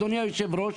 אדוני היו"ר,